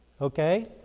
Okay